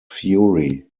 fury